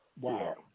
Wow